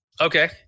Okay